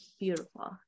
beautiful